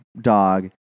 dog